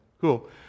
Cool